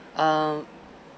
um